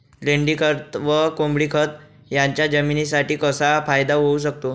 लेंडीखत व कोंबडीखत याचा जमिनीसाठी कसा फायदा होऊ शकतो?